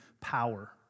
power